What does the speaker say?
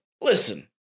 listen